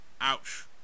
Ouch